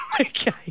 Okay